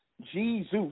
Jesus